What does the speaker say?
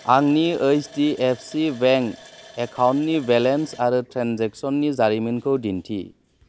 आंनि HDFC bank एकाउन्टनि balance आरो ट्रेनजेक्सननि जारिमिनखौ दिन्थि